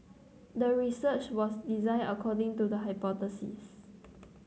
the research was designed according to the hypothesis